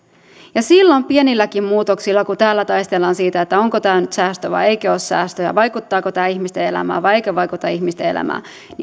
silloin pienilläkin muutoksilla kun täällä taistellaan siitä onko tämä nyt säästö vai ei ole säästö ja vaikuttaako tämä ihmisten elämään vai eikö vaikuta ihmisten elämään